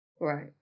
right